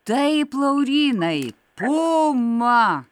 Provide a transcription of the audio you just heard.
taip laurynai puma